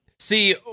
See